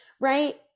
right